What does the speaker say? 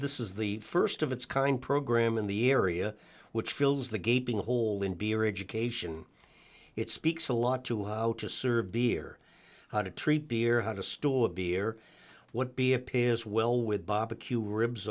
this is the st of its kind program in the area which fills the gaping hole in beer education it speaks a lot to how to serve beer how to treat beer how to store a beer what be appears well with barbecue ribs